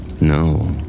No